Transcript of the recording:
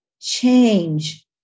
change